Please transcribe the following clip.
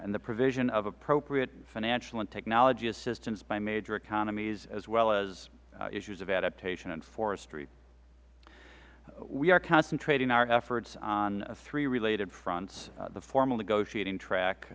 and the provision of appropriate financial technology assistance by major economies as well as issues of adaptation and forestry we are concentrating our efforts on three related fronts the formal negotiating track